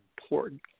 important